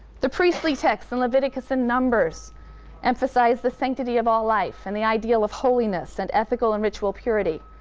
the priestly texts in leviticus and numbers emphasize the sanctity of all life and the ideal of holiness and ethical and ritual purity.